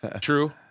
True